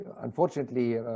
unfortunately